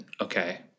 okay